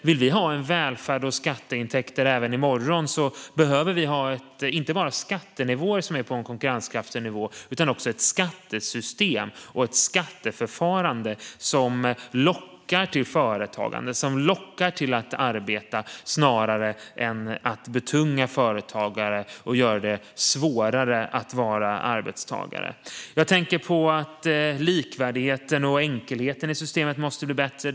Vill vi ha en välfärd och skatteintäkter även i morgon behöver vi inte bara ha skattenivåer som är på en konkurrenskraftig nivå utan också ett skattesystem och ett skatteförfarande som lockar till företagande och till att arbeta snarare än är betungande för företagare och gör det svårare att vara arbetstagare. Jag tänker på att likvärdigheten och enkelheten i systemet måste bli bättre.